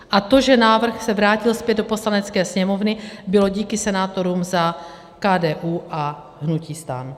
A to, že návrh se vrátil zpět do Poslanecké sněmovny, bylo díky senátorům za KDU a hnutí STAN.